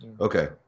Okay